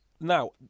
Now